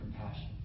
compassion